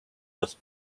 dass